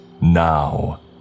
Now